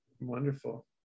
Wonderful